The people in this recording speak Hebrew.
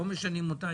לא משנים אותה.